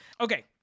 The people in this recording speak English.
Okay